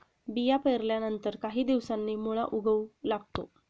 बिया पेरल्यानंतर काही दिवसांनी मुळा उगवू लागतो